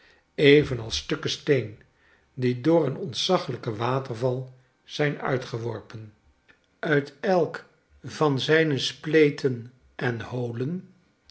evenals stukken steen die door een ontzaglijken waterval zijn uitgeworpen uit elk van zijne spleten en holen